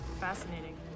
Fascinating